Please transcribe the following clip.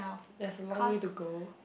there's a long way to go